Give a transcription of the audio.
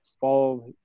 follow